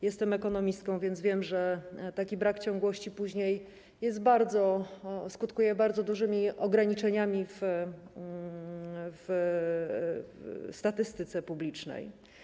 Jestem ekonomistką, więc wiem, że taki brak ciągłości później skutkuje bardzo dużymi ograniczeniami w statystyce publicznej.